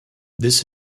this